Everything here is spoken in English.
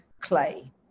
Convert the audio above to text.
clay